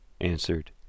answered